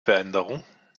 veränderung